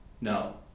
No